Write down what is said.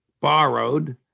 borrowed